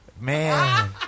Man